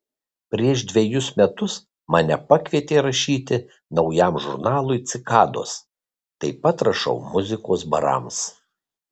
prieš dvejus metus mane pakvietė rašyti naujam žurnalui cikados taip pat rašau muzikos barams